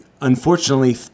unfortunately